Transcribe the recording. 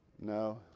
no